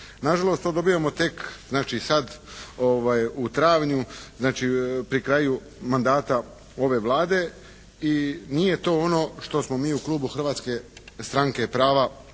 Nažalost to dobivamo tek, znači sad u travnju, znači pri kraju mandata ove Vlade. I nije to ono što smo mi u klubu Hrvatske stranke prava